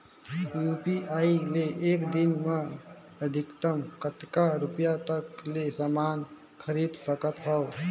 UPI ले एक दिन म अधिकतम कतका रुपिया तक ले समान खरीद सकत हवं?